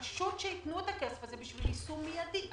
פשוט שייתנו את הכסף הזה בשביל יישום מידי,